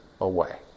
away